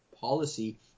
policy